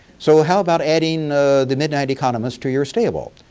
so how about adding the midnight economist to your stable?